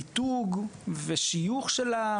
מיתוג ושיוך של המעון.